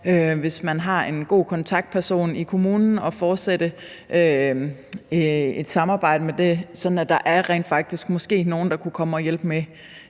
hvis man har en god kontaktperson i kommunen, at fortsætte et samarbejde, sådan at der rent faktisk måske er nogle, der kunne komme